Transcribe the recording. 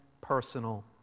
personal